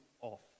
off